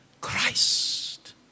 Christ